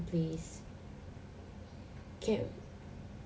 please can